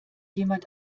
jemand